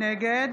נגד